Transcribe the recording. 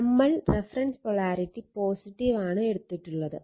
നമ്മൾ reference polarity ആണ് എടുത്തിട്ടുള്ളത്